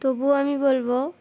তবুও আমি বলব